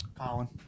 Colin